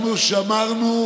שאנחנו שמרנו